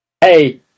hey